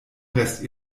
rest